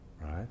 right